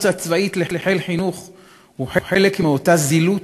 הצבאית לחיל חינוך היא חלק מאותה זילות